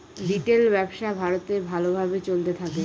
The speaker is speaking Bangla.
রিটেল ব্যবসা ভারতে ভালো ভাবে চলতে থাকে